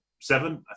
seven